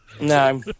No